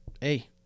Hey